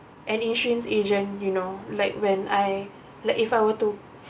an insurance agent you know like when I like if I were to